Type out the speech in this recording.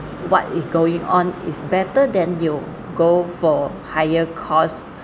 what is going on is better than you go for higher costs